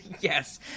Yes